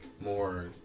more